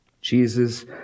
Jesus